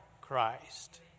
Christ